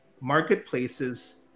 marketplaces